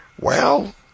Well